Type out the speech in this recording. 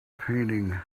painting